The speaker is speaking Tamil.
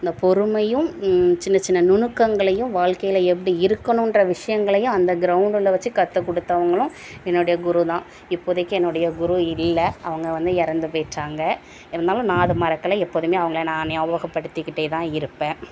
அந்த பொறுமையும் சின்ன சின்ன நுணுக்கங்களையும் வாழ்க்கையில எப்படி இருக்கணும்கிற விஷயங்களையும் அந்த கிரௌண்டில் வச்சு கற்றுக் கொடுத்தவங்களும் என்னோடைய குரு தான் இப்போதைக்கு என்னுடைய குரு இல்லை அவங்க வந்து இறந்து போயிட்டாங்க இருந்தாலும் நான் அது மறக்கலை எப்போதுமே அவங்கள நான் ஞாபகப்படுத்திக்கிட்டே தான் இருப்பேன்